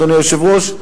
אדוני היושב-ראש,